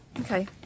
Okay